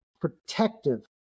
protective